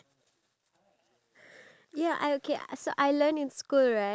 do it but if you don't know the outcome then you won't even do it